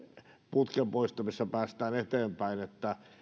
putken poistamisessa päästään eteenpäin että